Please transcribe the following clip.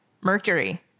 Mercury